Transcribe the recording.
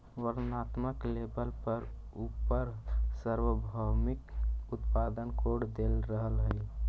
वर्णात्मक लेबल पर उपर सार्वभौमिक उत्पाद कोड देल रहअ हई